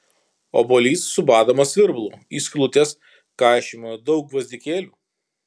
obuolys subadomas virbalu į skylutes kaišiojama daug gvazdikėlių